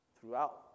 throughout